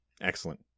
Excellent